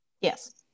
Yes